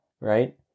right